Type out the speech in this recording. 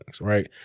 right